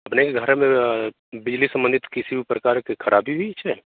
plane घाटन बिजली संबंधित किसी प्रकार की खराबी हुई छे